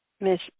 Miss